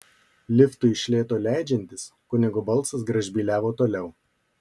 liftui iš lėto leidžiantis kunigo balsas gražbyliavo toliau